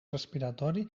respiratori